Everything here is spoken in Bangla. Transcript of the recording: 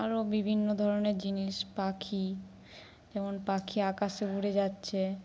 আরো বিভিন্ন ধরনের জিনিস পাখি যেমন পাখি আকাশে উড়ে যাচ্ছে